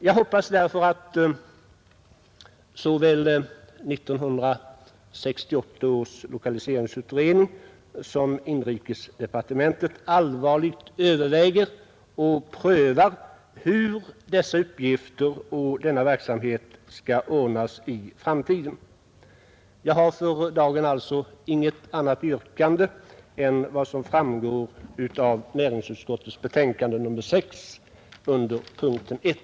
Jag hoppas därför att såväl 1968 års lokaliseringsutredning som inrikesdepartementet allvarligt överväger och prövar hur dessa uppgifter och denna verksamhet skall ordnas i framtiden. Jag har för dagen alltså inget annat yrkande än vad som framgår av näringsutskottets betänkande nr 6 under punkten 1.